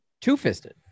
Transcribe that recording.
Two-fisted